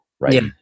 right